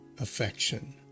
Affection